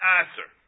answer